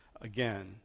again